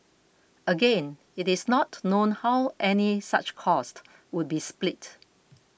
again it is not known how any such cost would be split